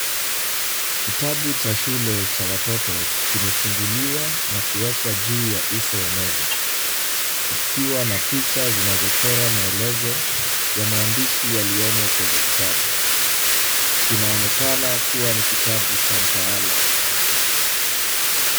Kitabu cha shule cha watoto kimefunguliwa na kuwekwa juu ya uso wa meza ikiwa na picha zinazochora maelezo ya mahandishi yaliyomo kwenye kitabu kinaonekana kuwa ni kitabu cha mtaalamu wa watoto.